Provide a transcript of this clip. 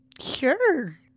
Sure